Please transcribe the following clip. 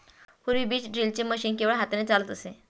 पूर्वी बीज ड्रिलचे मशीन केवळ हाताने चालत असे